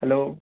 hello